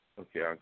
Okay